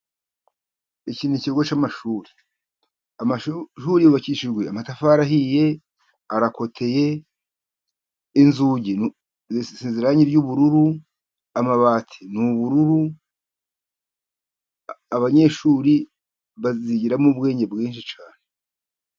Iki ni kigo cy'amashuri, amashuri yubakishijwe amatafari ahiye, arakoteye, inzugi zisize irangi ry'ubururu, amabati ni ubururu. Abanyeshuri bazigiramo ubwenge bwinshi cyane.